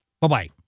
Bye-bye